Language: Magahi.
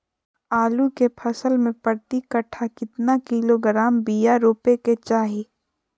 आलू के फसल में प्रति कट्ठा कितना किलोग्राम बिया रोपे के चाहि?